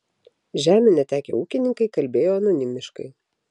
žemių netekę ūkininkai kalbėjo anonimiškai